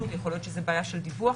יכול להיות שזו בעיה של דיווח.